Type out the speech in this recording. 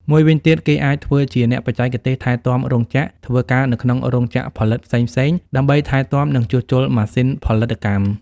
មួយវិញទៀត គេអាចធ្វើជាអ្នកបច្ចេកទេសថែទាំរោងចក្រ ធ្វើការនៅក្នុងរោងចក្រផលិតផ្សេងៗ ដើម្បីថែទាំ និងជួសជុលម៉ាស៊ីនផលិតកម្ម។